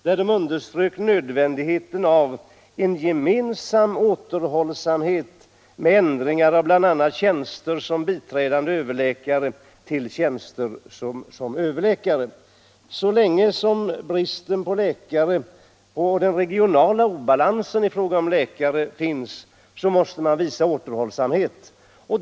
Man underströk nödvändigheten av en gemensam återhållsamhet med ändringar av bl.a. tjänster som biträdande överläkare till tjänster som överläkare. Så länge bristen på läkare och den regionala obalansen i fråga om läkare finns, måste man visa återhållsamhet.